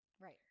Right